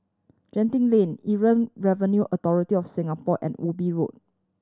Genting Lane Inland Revenue Authority of Singapore and Ubi Road